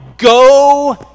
Go